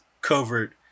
covered